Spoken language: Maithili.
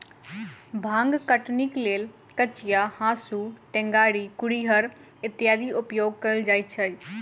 भांग कटनीक लेल कचिया, हाँसू, टेंगारी, कुरिहर इत्यादिक उपयोग कयल जाइत छै